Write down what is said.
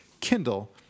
Kindle